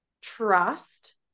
trust